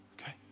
Okay